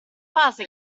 fase